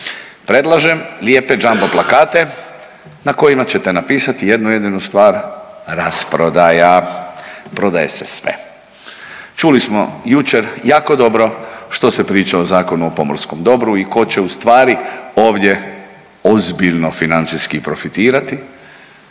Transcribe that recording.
predlažem lijepe jumbo plakate na kojima ćete napisati jednu jedinu stvar, rasprodaja, prodaje se sve. Čuli smo jučer jako dobro što se priča o Zakonu o pomorskom dobru i ko će ustvari ovdje ozbiljno financijski profitirati.